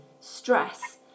stress